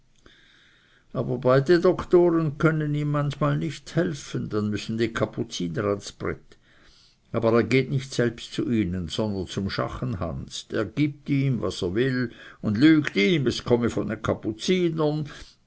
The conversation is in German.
aber beide doktoren können ihm manchmal nicht helfen dann müssen die kapuziner ans brett aber er geht nicht selbst zu ihnen sondern zum schachen hans der gibt ihm was er will und lügt ihm es komme von den kapuzinern